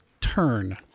turn